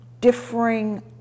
differing